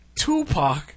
Tupac